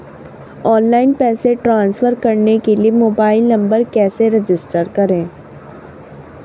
Online पैसे transfer करने के लिए मोबाइल नंबर कैसे रजिस्टर करें?